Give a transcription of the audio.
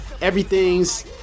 Everything's